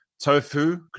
tofu